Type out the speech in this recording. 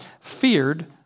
feared